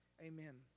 amen